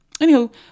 anywho